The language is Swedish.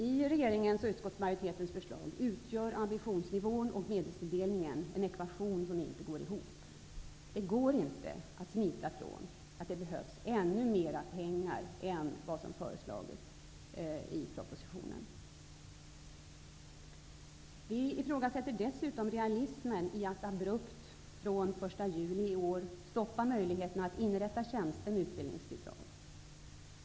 I regeringens och utskottsmajoritetens förslag utgör ambitionsnivån och medelstilldelningen en ekvation som inte går ihop. Det går inte att smita från att det behövs ännu mer pengar än som har föreslagits i propositionen. Vi ifrågasätter dessutom realismen i att abrupt -- från den 1 juli i år -- stoppa möjligheten att inrätta tjänster med utbildningsbidrag.